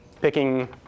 picking